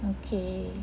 okay